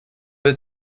been